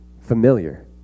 familiar